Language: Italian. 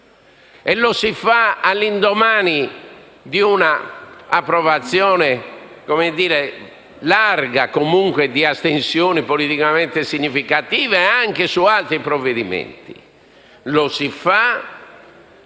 Lo si fa all'indomani di una approvazione larga, comunque di astensione politicamente significativa, anche su altri provvedimenti. Lo si fa